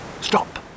stop